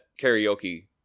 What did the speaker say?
karaoke